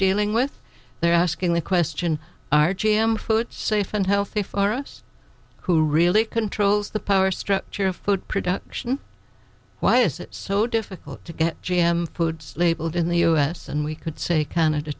dealing with they're asking the question are cham food safe and healthy for us who really controls the power structure of food production why is it so difficult to get g m foods labeled in the us and we could say canada